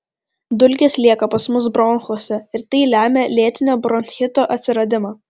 dulkės lieka pas mus bronchuose ir tai lemia lėtinio bronchito atsiradimą